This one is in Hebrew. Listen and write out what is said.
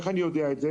אני יודע את זה